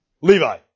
Levi